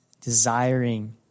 desiring